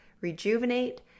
rejuvenate